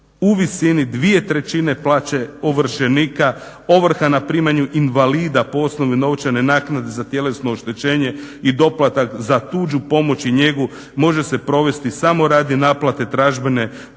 u visini 2/3 plaće ovršenika. Ovrha na primanju invalida po osnovi novčane naknade za tjelesno oštećenje i doplatak za tuđu pomoć i njegu može se provesti samo radi naplate tražbine